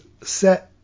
set